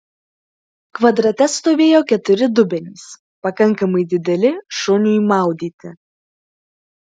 kvadrate stovėjo keturi dubenys pakankamai dideli šuniui maudyti